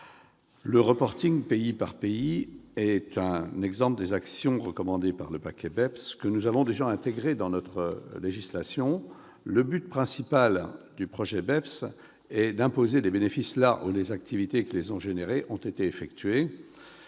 Le reporting pays par pays est un exemple des actions recommandées par le « paquet BEPS », que nous avons déjà intégrées dans notre législation. Le but principal du projet BEPS est d'imposer les bénéfices là où les activités qui les ont engendrés ont été effectuées.